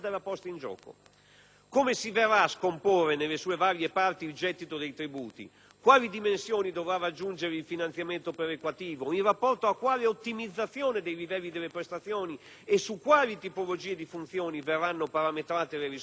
Come si verrà a scomporre nelle sue varie parti il gettito dei tributi? Quali dimensioni dovrà raggiungere il finanziamento perequativo? In rapporto a quale ottimizzazione dei livelli delle prestazioni e su quali tipologie di funzioni verranno parametrate le risorse disponibili?